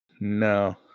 No